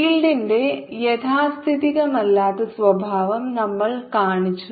ഫീൽഡിന്റെ യാഥാസ്ഥിതികമല്ലാത്ത സ്വഭാവം നമ്മൾ കാണിച്ചു